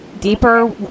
deeper